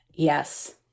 Yes